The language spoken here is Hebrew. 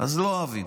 אז לא אוהבים,